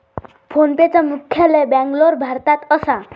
फोनपेचा मुख्यालय बॅन्गलोर, भारतात असा